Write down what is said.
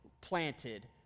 planted